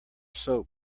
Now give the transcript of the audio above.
soap